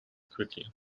quickly